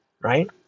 right